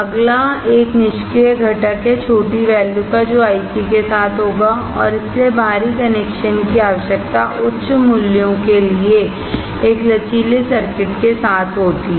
अगला है निष्क्रिय घटक जो आईसी के साथ है छोटी वैल्यू का होगा और इसलिए उच्च मूल्यों के लिए बाहरी कनेक्शन के साथ एक लचीले सर्किट की आवश्यकता होती है